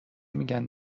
میگن